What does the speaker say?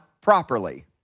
properly